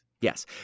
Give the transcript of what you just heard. Yes